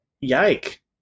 Yike